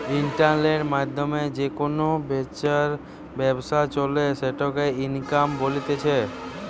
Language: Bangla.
ইন্টারনেটের মাধ্যমে যে কেনা বেচার ব্যবসা চলে সেটাকে ইকমার্স বলতিছে